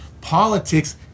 Politics